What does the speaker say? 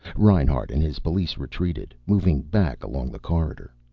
reinhart and his police retreated, moving back along the corridor.